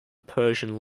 persian